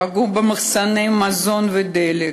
פגעו במחסני המזון והדלק,